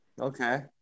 Okay